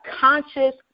conscious